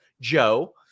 Joe